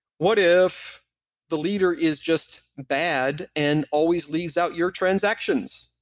what if the leader is just bad and always leaves out your transactions?